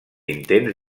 intents